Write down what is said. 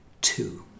Two